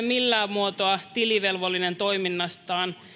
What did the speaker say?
millään muotoa tilivelvollinen toiminnastaan